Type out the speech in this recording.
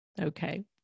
Okay